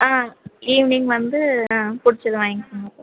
ஆ evening வந்து ஆ பிடிச்சத வாங்கிக்கோங்கப்பா